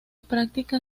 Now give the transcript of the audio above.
práctica